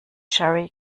jerry